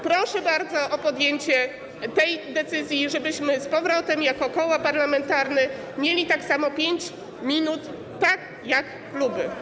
Proszę bardzo o podjęcie tej decyzji, żebyśmy z powrotem jako koła parlamentarne mieli 5 minut, tak samo jak kluby.